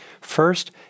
first